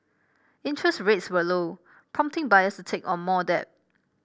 interest rates were low prompting buyers to take on more debt